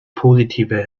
positive